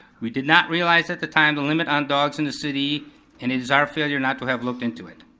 we did not realize at the time the limit on dogs in the city and it is our failure not to have looked into it.